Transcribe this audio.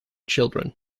children